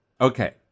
okay